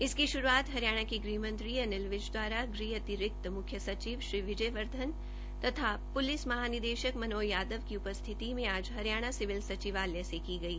इसकी शुरुआत हरियाणा के गृह मंत्री श्री अनिल विज दवारा गृह अतिरिक्त मुख्य सचिव श्री विजय वर्धन तथा प्लिस महानिदेशक मनोज यादव की उपस्थिति में आज हरियाणा सिविल सचिवालय से की गई